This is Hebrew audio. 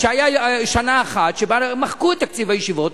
שהיתה שנה אחת שבה מחקו את תקציב הישיבות,